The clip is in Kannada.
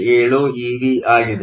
07 ಇವಿ ಆಗಿದೆ